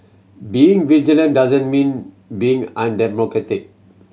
being vigilant doesn't mean being undemocratic